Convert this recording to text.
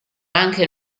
anche